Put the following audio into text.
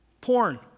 Porn